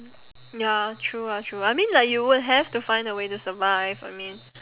ya true ah true I mean like you would have to find a way to survive I mean